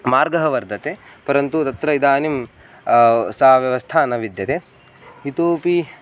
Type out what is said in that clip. मार्गः वर्तते परन्तु तत्र इदानीं सा व्यवस्था न विद्यते इतोपि